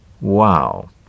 Wow